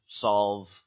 solve